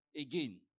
Again